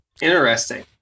interesting